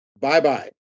Bye-bye